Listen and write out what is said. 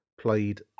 played